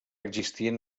existien